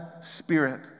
spirit